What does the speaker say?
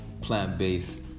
plant-based